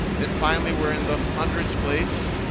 then finally, we're in the hundreds place.